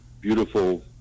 beautiful